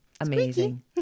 Amazing